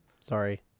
sorry